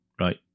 right